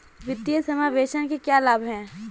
वित्तीय समावेशन के क्या लाभ हैं?